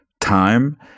time